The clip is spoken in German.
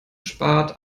spart